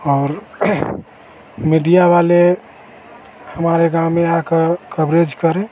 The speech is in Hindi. और मिडिया वाले हमारे गाँव में आकर कवरेज करें